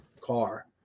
car